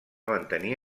mantenir